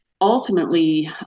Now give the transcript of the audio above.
Ultimately